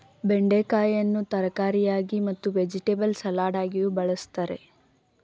ಬೆಂಡೆಕಾಯಿಯನ್ನು ತರಕಾರಿಯಾಗಿ ಮತ್ತು ವೆಜಿಟೆಬಲ್ ಸಲಾಡಗಿಯೂ ಬಳ್ಸತ್ತರೆ